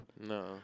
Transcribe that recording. No